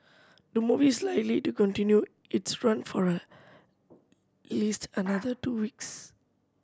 the movie is likely to continue its run for a least another two weeks